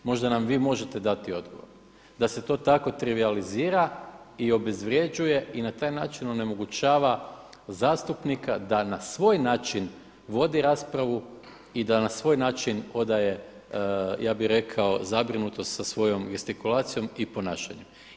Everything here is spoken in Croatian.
Možda nam vi možete dati odgovor, da se to tako trivijalizira i obezvrjeđuje i na taj način onemogućava zastupnika da na svoj način vodi raspravu i da na svoj način odaje ja bih rekao zabrinutost sa svojom gestikulacijom i ponašanjem.